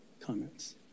comments